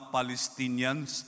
Palestinians